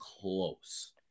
close